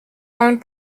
owned